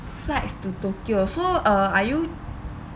flights to tokyo so uh are you